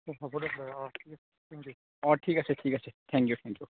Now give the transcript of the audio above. অঁ ঠিক আছে ঠিক আছে থেংক ইউ থেংক ইউ